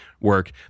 work